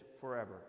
forever